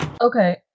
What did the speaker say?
Okay